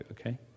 okay